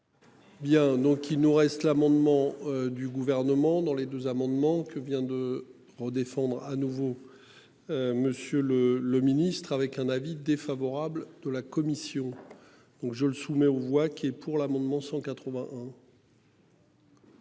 Bien, donc il nous reste l'amendement du gouvernement dans les deux amendements que vient de en défendre à nouveau. Monsieur le. Le ministre avec un avis défavorable de la commission. Donc, je le soumets aux voix qui est pour l'amendement 181.